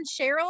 Cheryl